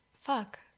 Fuck